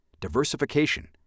diversification